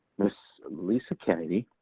miss lisa kennedy.